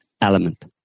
element